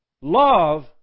love